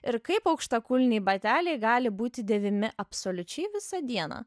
ir kaip aukštakulniai bateliai gali būti dėvimi absoliučiai visą dieną